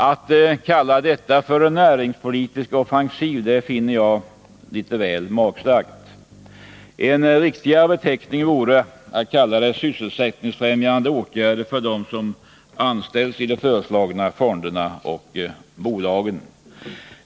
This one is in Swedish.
Att kalla detta för en näringspolitisk offensiv finner jag litet väl magstarkt. En riktigare beteckning vore att kalla det sysselsättningsfrämjande åtgärder för dem som anställs i de föreslagna fonderna och bolagen.